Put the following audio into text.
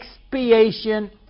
expiation